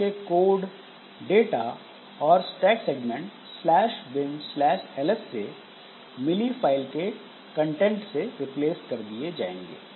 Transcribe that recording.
इसके code data और stack segment binls से मिली फाइल के कंटेंट से रिप्लेस कर दिए जाएंगे